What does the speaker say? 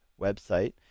website